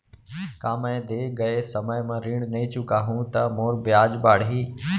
का मैं दे गए समय म ऋण नई चुकाहूँ त मोर ब्याज बाड़ही?